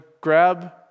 grab